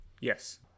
Yes